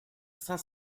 cinq